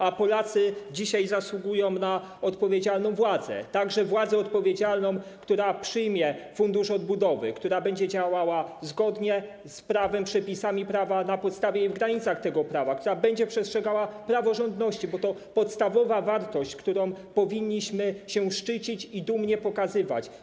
A Polacy dzisiaj zasługują na odpowiedzialną władzę, także odpowiedzialną władzę, która przyjmie Fundusz Odbudowy, która będzie działała zgodnie z prawem, przepisami prawa, na podstawie i w granicach tego prawa, która będzie przestrzegała praworządności, bo to podstawowa wartość, którą powinniśmy się szczycić i dumnie pokazywać.